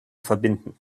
verbinden